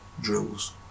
drills